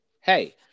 hey